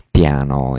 piano